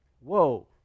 Whoa